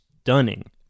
stunning